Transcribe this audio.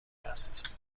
است